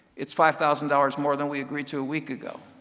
it's five thousand dollars more than we agreed to a week ago.